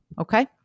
Okay